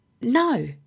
No